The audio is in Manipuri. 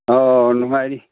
ꯑꯣ ꯅꯨꯡꯉꯥꯏꯔꯤ